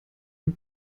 nur